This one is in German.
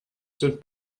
sind